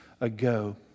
ago